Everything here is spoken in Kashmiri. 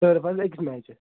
ترٕف حظ أکِس میچہِ